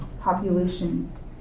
populations